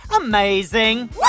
Amazing